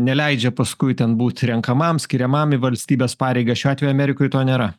neleidžia paskui ten būti renkamam skiriamam į valstybės pareigas šiuo atveju amerikoj to nėra